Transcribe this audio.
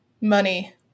money